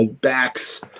backs